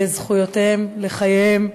לזכויותיהם, לחייהם,